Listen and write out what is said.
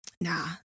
nah